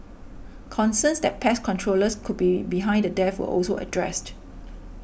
concerns that pest controllers could be behind the deaths were also addressed